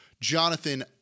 Jonathan